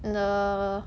and the